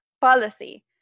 policy